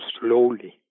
slowly